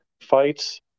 fights